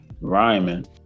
Rhyming